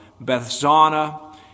Bethzana